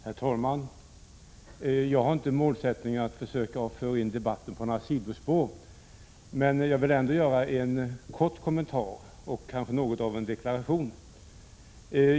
Herr talman! Jag har inte målsättningen att försöka föra in debatten på några sidospår, men jag vill göra en kort kommentar och kanske något av en deklaration.